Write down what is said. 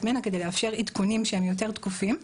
מנ"ע כדי לאפשר עדכונים יותר תכופים.